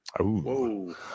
Whoa